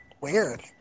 Weird